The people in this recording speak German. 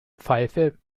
pfeife